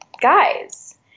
guys